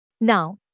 Now